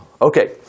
Okay